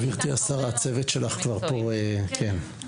גברתי השרה, הצוות שלך כבר פה, כן.